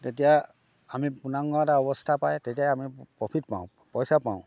তেতিয়া আমি পূৰ্ণাংগ এটা অৱস্থা পাই তেতিয়া আমি প্ৰফিট পাওঁ পইচা পাওঁ